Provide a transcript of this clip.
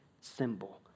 symbol